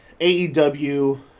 AEW